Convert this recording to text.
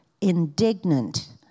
indignant